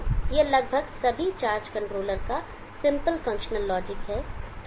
तो यह लगभग सभी चार्ज कंट्रोलर का सिंपल फंक्शनल लॉजिक है